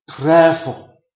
prayerful